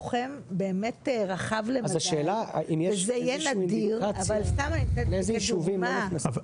סבאח אלא אנחנו חייבים לדעת שמצבכם כמחוקקים טוב